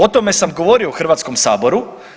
O tome sam govorio u Hrvatskom saboru.